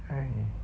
!hais!